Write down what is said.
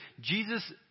Jesus